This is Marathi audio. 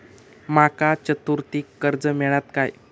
माका चतुर्थीक कर्ज मेळात काय?